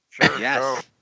Yes